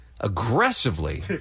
aggressively